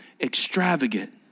extravagant